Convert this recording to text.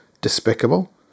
despicable